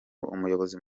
umuyobozi